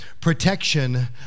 protection